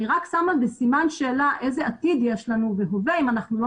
אני רק שמה בסימן שאלה איזה עתיד יש לנו והווה אם אנחנו לא